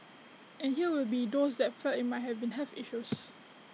and here will be those that felt IT might have been health issues